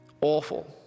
Awful